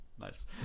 Nice